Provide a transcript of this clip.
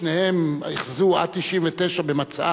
שתיהן אחזו עד 1999 במצען,